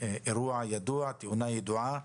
תאונה ידועה